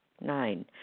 Nine